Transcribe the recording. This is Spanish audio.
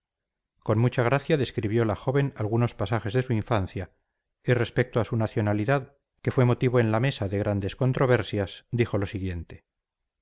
con mucha gracia describió la joven algunos pasajes de su infancia y respecto a su nacionalidad que fue motivo en la mesa de grandes controversias dijo lo siguiente